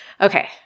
Okay